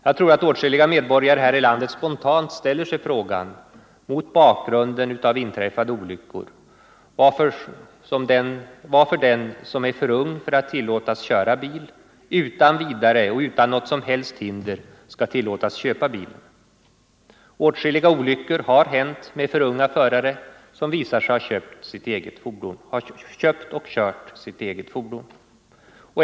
Jag tror att åtskilliga med borgare här i landet mot bakgrunden av inträffade olyckor spontant ställer. Nr 125 sig frågan varför den som är för ung för att tillåtas köra bil utan vidare Onsdagen den och utan något som helst hinder skall tillåtas köpa bilen. 20 november 1974 Åtskilliga olyckor har hänt med för unga förare som visat sig ha köpt — och kört sitt eget fordon.